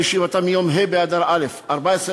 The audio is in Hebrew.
בישיבתה ביום ה' באדר א' תשע"ו,